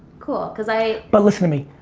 cool cause i but listen to me.